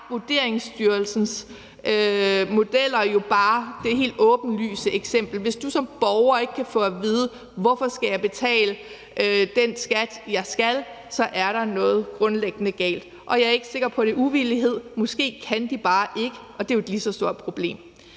Vurderingstyrelsens modeller jo bare det helt åbenlyse eksempel. Hvis du som borger ikke kan få at vide, hvorfor du skal betale den skat, du skal, så er der noget grundlæggende galt. Og jeg ikke sikker på, at det er uvillighed; måske kan de bare ikke, og det er jo et lige så stort problem.